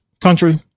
Country